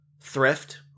thrift